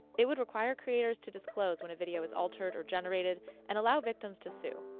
it would require creators to disclose when a video was altered or generated and allow victims to sue.